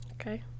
okay